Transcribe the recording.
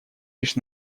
лишь